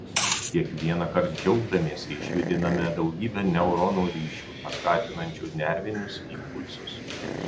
kiekvienąkart džiaugdamiesi išjudiname daugybę neuronų ryšių paskatinančių nervinius impulsus